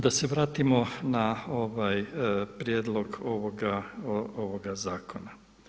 Da se vratimo na ovaj prijedlog ovoga zakona.